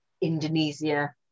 Indonesia